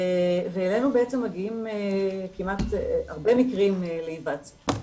ואלינו בעצם מגיעים הרבה מקרים להיוועצות.